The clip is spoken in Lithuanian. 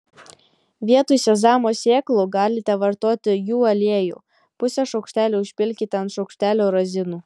vietoj sezamo sėklų galite vartoti jų aliejų pusę šaukštelio užpilkite ant šaukštelio razinų